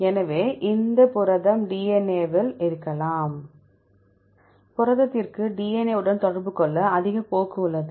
எனவே இந்த புரதம் DNA வில் இருக்கலாம் p புரதத்திற்கு DNA உடன் தொடர்பு கொள்ள அதிக போக்கு உள்ளது